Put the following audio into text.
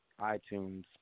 iTunes